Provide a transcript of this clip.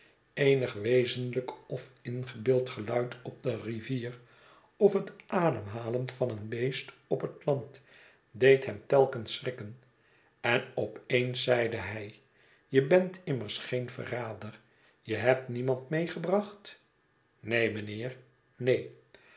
eenig wezenlijk of ingebeeld geluid op de rivier of het ademhalen van een beest op het land deed hem telkens schrikken en op eens zeide hij je bent immers geen verrader je hebtniemand meegebracht neen mijnheer neen